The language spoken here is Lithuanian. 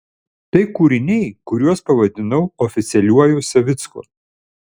tai kūriniai kuriuos pavadinau oficialiuoju savicku